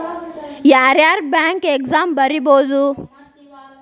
ಯಾರ್ಯಾರ್ bank exam ಬರಿಬೋದು